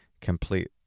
complete